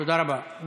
תודה רבה.